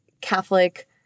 Catholic